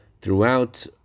throughout